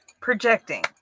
projecting